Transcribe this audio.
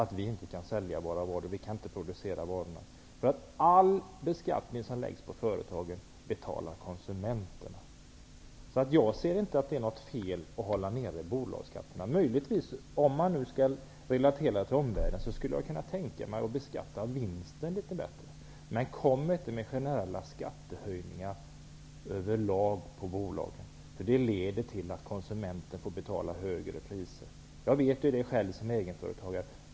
Vi kan inte sälja våra varor, och därmed kan vi inte producera dem. All beskattning som läggs på företagen betalar konsumenterna. Jag ser inte att det är något fel att hålla nere bolagsskatterna. Om man nu skall relatera till omvärlden, skulle jag möjligtvis kunna tänka mig att beskatta vinsten litet bättre. Men kom inte med generella skattehöjningar över lag för bolagen! Det leder till att konsumenterna får betala högre priser. Jag vet det själv som egenföretagare.